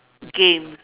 games